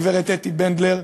הגברת אתי בנדלר,